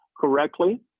correctly